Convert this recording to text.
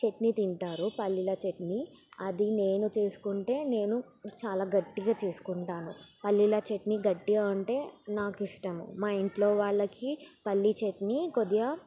చట్నీ తింటారు పల్లీల చట్నీ అది నేను చేసుకుంటే నేను చాలా గట్టిగా చేసుకుంటాను పల్లీల చట్నీ గట్టిగా ఉంటే నాకు ఇష్టం మా ఇంట్లో వాళ్ళకి పల్లి చట్నీ కొద్దిగా